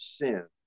sin